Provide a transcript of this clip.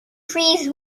freeze